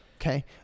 Okay